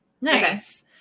nice